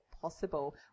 possible